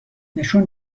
نشون